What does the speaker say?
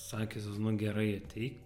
sakiusios nu gerai ateik